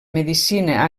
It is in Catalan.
medicina